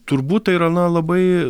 turbūt tai yra na labai